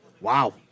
Wow